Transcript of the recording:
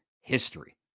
history